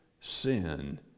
sin